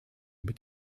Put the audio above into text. mit